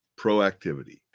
proactivity